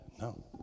No